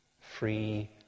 free